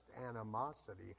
animosity